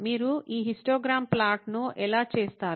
మీరు ఈ హిస్టోగ్రాం ప్లాట్ను ఎలా చేస్తారు